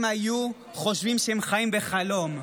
הם היו חושבים שהם חיים בחלום.